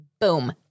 boom